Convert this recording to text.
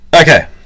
okay